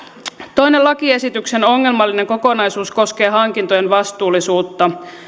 toinen lakiesityksen ongelmallinen kokonaisuus koskee hankintojen vastuullisuutta